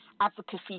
advocacy